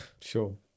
sure